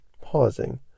pausing